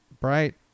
bright